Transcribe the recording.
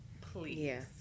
Please